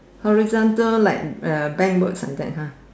horizontal like uh bank words like that ha